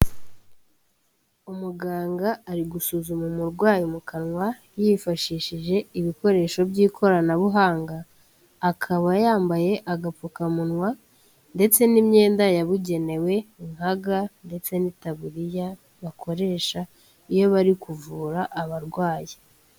Umuganga ari gusuzuma umurwayi mu kanwa yifashishije ibikoresho by'ikoranabuhanga, akaba yambaye agapfukamunwa ndetse n'imyenda yabugenewe nka ga ndetse n'itaburiya bakoresha iyo bari kuvura abarwayi.